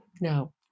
No